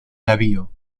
navío